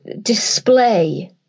display